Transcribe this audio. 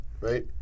Right